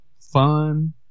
fun